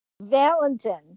Valentin